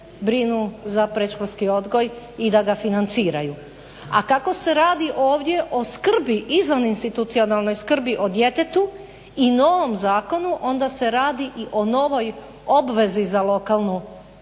brinu za predškolski odgoj i da ga financiraju. A kako se radi ovdje o skrbi izvan institucionalnoj skrb o djetetu i novom zakonu, onda se radi i o novoj obvezi za lokalnu